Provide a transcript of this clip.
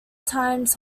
times